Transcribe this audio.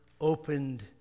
opened